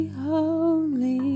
holy